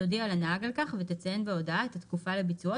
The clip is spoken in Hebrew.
תודיע לנהג על כך ותציין בהודעה את התקופה לביצועו,